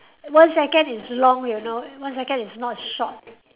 one second is long you know one second is not short